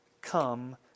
come